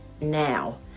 now